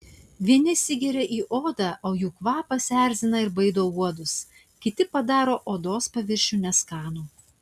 vieni įsigeria į odą o jų kvapas erzina ir baido uodus kiti padaro odos paviršių neskanų